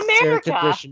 America